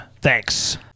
Thanks